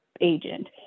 agent